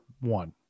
one